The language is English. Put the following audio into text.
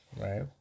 right